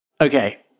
Okay